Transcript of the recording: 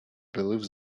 believe